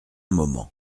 moment